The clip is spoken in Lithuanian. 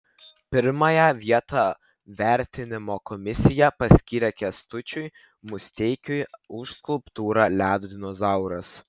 pirmąją vietą vertinimo komisija paskyrė kęstučiui musteikiui už skulptūrą ledo dinozauras